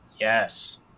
Yes